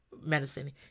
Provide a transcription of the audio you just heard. medicine